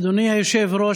אדוני היושב-ראש,